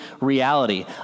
reality